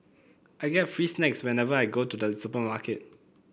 I get free snacks whenever I go to the supermarket